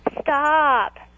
Stop